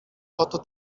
oto